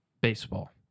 baseball